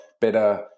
better